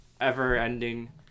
ever-ending